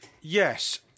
Yes